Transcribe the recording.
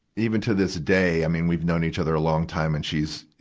even to this day, i mean, we've known each other a long time, and she's, you